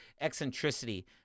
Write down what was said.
eccentricity